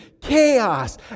Chaos